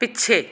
ਪਿੱਛੇ